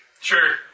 Sure